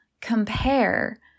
compare